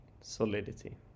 solidity